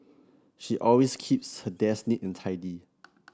she always keeps her desk neat and tidy